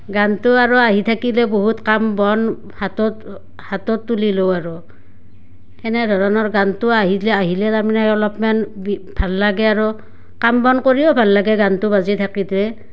গানটো আৰু আহি থাকিলে বহুত কাম বন হাতত হাতত তুলি লওঁ আৰু এনেধৰণৰ গানটো আহিলে আহিলে তাৰমানে অলপমান ভাল লাগে আৰু কাম বন কৰিও ভাল লাগে গানটো বাজি থাকিলে